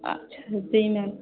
अच्छा जी मैम